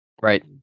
Right